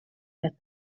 that